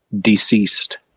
Deceased